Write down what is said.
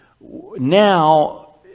now